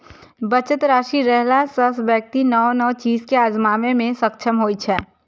बचत राशि रहला सं व्यक्ति नव नव चीज कें आजमाबै मे सक्षम होइ छै